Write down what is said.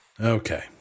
Okay